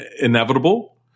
inevitable